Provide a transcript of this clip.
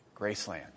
Graceland